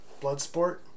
Bloodsport